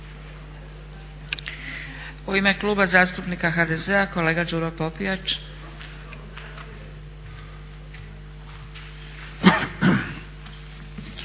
U ime Kluba zastupnika HDZ-a kolega Đuro Popijač.